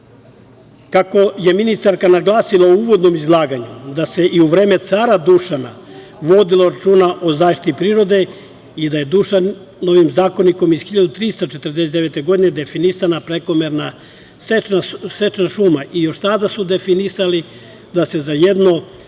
je ministarka naglasila u uvodnom izlaganju da se i u vreme Cara Dušana vodilo računa o zaštiti prirode i da je Dušanovim zakonikom iz 1349. godine definisana prekomerna seča šuma. Još tada su definisali da se za jedno